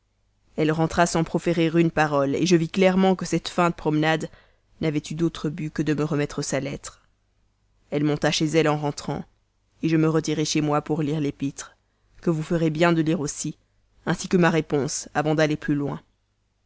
elle rentra sans proférer une parole je vis clairement que cette feinte promenade n'avait eu d'autre but que de me remettre sa lettre elle monta chez elle en rentrant je me retirai chez moi pour lire l'épître que vous ferez bien de lire aussi ainsi que ma réponse avant d'aller plus loin